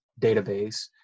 database